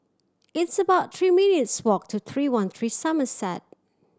it's about three minutes' walk to Three One Three Somerset